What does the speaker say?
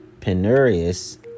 penurious